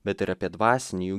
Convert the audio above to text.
bet ir apie dvasinį jų